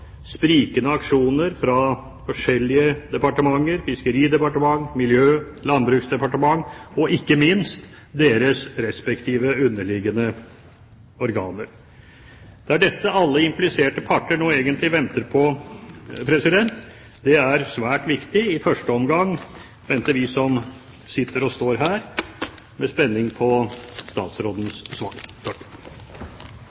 sprikende aksjoner fra forskjellige departementer: Fiskeridepartementet, Miljøverndepartementet og Landbruksdepartementet og ikke minst deres respektive underliggende organer. Det er dette alle impliserte parter nå egentlig venter på. Det er svært viktig. I første omgang venter vi som sitter og står her, med spenning på